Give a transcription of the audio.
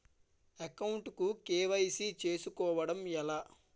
Account కు KYC చేసుకోవడం ఎలా?